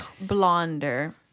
blonder